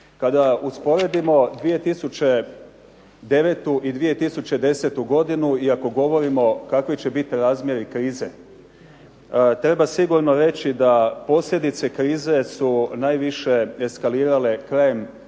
Kada usporedimo 2009. i 2010. godinu i ako govorimo kakvi će biti razmjeri krize treba sigurno reći da posljedice krize su najviše eskalirale krajem 2009.